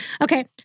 Okay